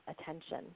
attention